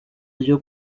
ryo